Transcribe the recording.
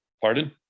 Pardon